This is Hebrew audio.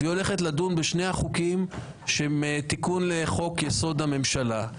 והיא הולכת לדון בשני החוקים שהם תיקון לחוק-יסוד: הממשלה,